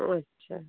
আচ্ছা